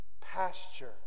pasture